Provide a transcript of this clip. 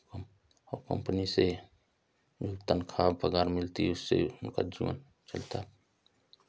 company से जो तनख्वाह और पगार मिलती है उससे उनका जीवन चलता है